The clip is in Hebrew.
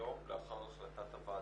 יום לאחר החלטת הוועדה?